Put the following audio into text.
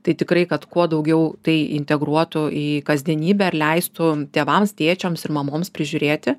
tai tikrai kad kuo daugiau tai integruotų į kasdienybę ir leistų tėvams tėčiams ir mamoms prižiūrėti